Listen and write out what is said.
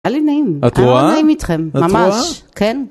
‫היה לי נעים. את רואה? היה לי נעים אתכם, ממש. את רואה? כן.